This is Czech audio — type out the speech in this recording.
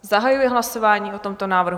Zahajuji hlasování o tomto návrhu.